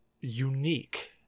unique